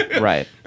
right